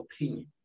opinion